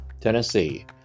Tennessee